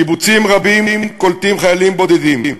קיבוצים רבים קולטים חיילים בודדים,